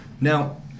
Now